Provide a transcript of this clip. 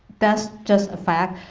that's just a fact,